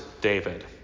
David